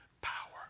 power